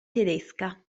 tedesca